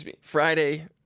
Friday